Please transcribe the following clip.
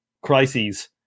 crises